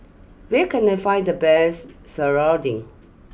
where can I find the best Serunding